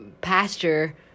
pasture